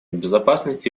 безопасности